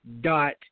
dot